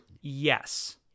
Yes